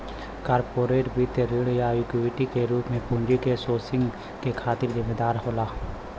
corporate वित्त ऋण या इक्विटी के रूप में पूंजी क सोर्सिंग के खातिर जिम्मेदार होला